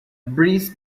breeze